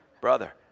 Brother